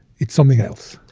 it's something else.